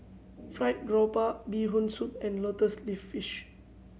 Fried Garoupa Bee Hoon Soup and lotus leaf fish